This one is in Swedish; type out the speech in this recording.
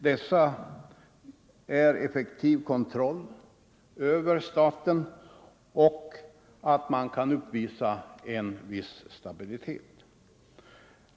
Dessa kriterier är att man har effektiv kontroll över staten och att man kan uppvisa en viss stabilitet.